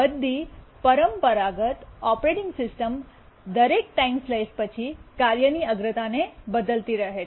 બધી પરંપરાગત operating system દરેક ટાઈમ સ્લાઇસ પછી કાર્યની અગ્રતાને બદલતી રહે છે